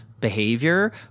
behavior